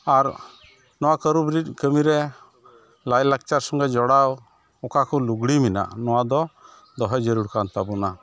ᱟᱨ ᱱᱚᱣᱟ ᱠᱟᱹᱨᱩᱵᱤᱨᱤᱫᱽ ᱠᱟᱹᱢᱤᱨᱮ ᱞᱟᱭᱞᱟᱠᱪᱟᱨ ᱥᱚᱸᱜᱮ ᱡᱚᱲᱟᱣ ᱚᱠᱟᱠᱚ ᱞᱩᱜᱽᱲᱤ ᱢᱮᱱᱟᱜ ᱱᱚᱣᱟᱫᱚ ᱫᱚᱦᱚ ᱡᱟᱹᱨᱩᱲ ᱠᱟᱱ ᱛᱟᱵᱚᱱᱟ